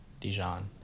Dijon